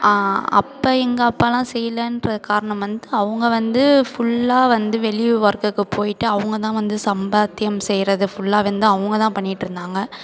அப்போ எங்கள் அப்பாலாம் செய்யலன்ற காரணம் வந்து அவங்க வந்து ஃபுல்லாக வந்து வெளியே வொர்க்குக்கு போய்ட்டு அவங்கதான் வந்து சம்பாத்தியம் செய்கிறது ஃபுல்லாக வந்து அவங்க தான் பண்ணிட்டுருந்தாங்க